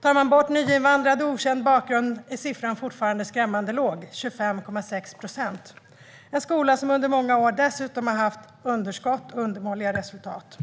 Tar man bort nyinvandrade och okänd bakgrund är siffran fortfarande skrämmande låg: 25,6 procent. Det är en skola som under många år dessutom har haft underskott och undermåliga resultat.